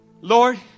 Lord